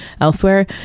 elsewhere